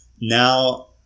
now